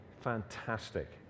fantastic